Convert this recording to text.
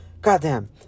Goddamn